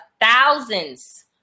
Thousands